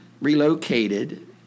relocated